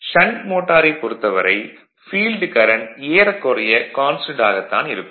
shunt மோட்டாரைப் பொறுத்தவரை field current ஏறக்குறைய கான்ஸ்டன்ட் ஆகத்தான் இருக்கும்